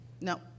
no